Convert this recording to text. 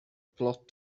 plot